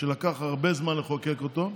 שלקח הרבה זמן לחוקק אותו.